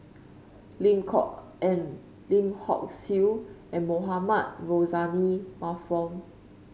Lim Kok Ann Lim Hock Siew and Mohamed Rozani Maarof